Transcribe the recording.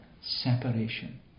separation